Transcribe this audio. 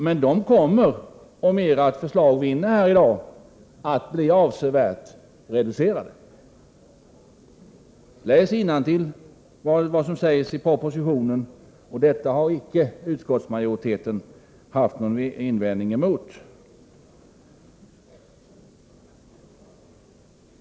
Men de kommer, om utskottsmajoritetens förslag vinner här i dag, att bli avsevärt reducerade. Läs innantill vad som sägs i propositionen! Detta har inte utskottsmajoriteten haft någon invändning mot.